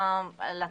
היישוב,